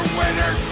winner